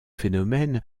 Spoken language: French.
phénomène